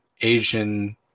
Asian